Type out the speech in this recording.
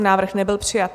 Návrh nebyl přijat.